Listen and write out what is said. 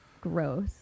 gross